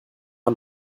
man